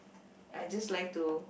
I just like to